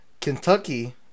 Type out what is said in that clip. Kentucky